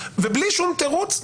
ובלי שום תירוץ,